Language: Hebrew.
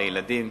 לילדים.